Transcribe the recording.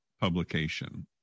publication